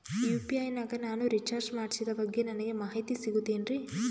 UPI ನಾಗ ನಾನು recharge ಮಾಡಿಸಿದ ಬಗ್ಗೆ ನನಗೆ ಮಾಹಿತಿ ಸಿಗುತೇನ್ರೀ?